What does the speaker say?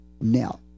now